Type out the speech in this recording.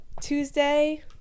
Tuesday